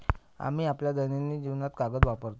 आम्ही आपल्या दैनंदिन जीवनात कागद वापरतो